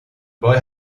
boy